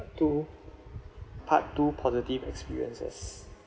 part two part two positive experiences